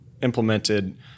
implemented